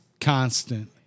constant